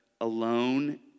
alone